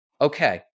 Okay